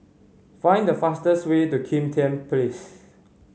find the fastest way to Kim Tian Place